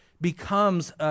becomes